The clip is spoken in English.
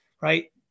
right